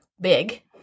big